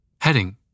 Heading